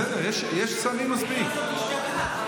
בסדר, יש מספיק שרים.